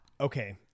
okay